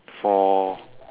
for